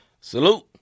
Salute